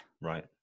Right